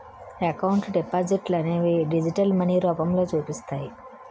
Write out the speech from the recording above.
account డిపాజిట్లనేవి digital money రూపంలో చూపిస్తాయి